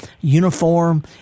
uniform